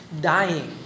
Dying